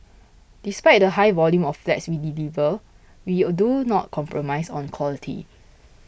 despite the high volume of flats we delivered we do not compromise on quality